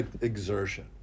exertion